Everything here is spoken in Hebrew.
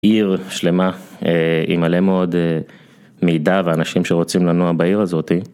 עיר שלמה עם מלא מאוד מידע ואנשים שרוצים לנוע בעיר הזאתי.